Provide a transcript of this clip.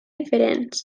diferents